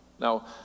Now